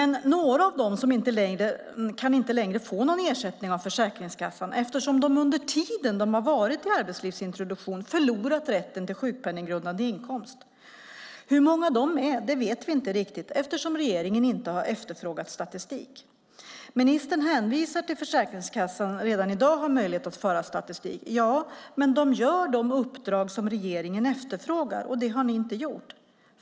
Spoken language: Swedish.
Några av dem kan inte längre få någon ersättning av Försäkringskassan eftersom de under tiden de varit i arbetslivsintroduktion har förlorat rätten till sjukpenninggrundande inkomst. Hur många dessa är vet vi inte riktigt eftersom regeringen inte har efterfrågat statistik. Ministern hänvisar till att Försäkringskassan redan i dag har möjlighet att föra statistik. Ja, men de utför ju de uppdrag som regeringen efterfrågar, och det har ni inte gjort.